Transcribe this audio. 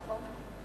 נכון.